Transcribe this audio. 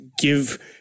give